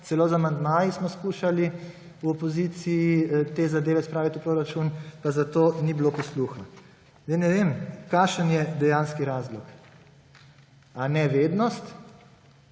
celo z amandmaji smo poskušali v opoziciji te zadeve spraviti v proračun, pa za to ni bilo posluha? Sedaj ne vem, kakšen je dejanski razlog. Ali nevednost